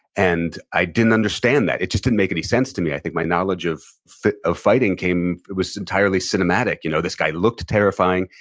and i didn't understand that. it just didn't make any sense to me. i think my knowledge of of fighting, it was entirely cinematic. you know, this guy looked terrifying.